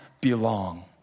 belong